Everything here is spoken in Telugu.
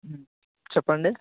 చెప్పండి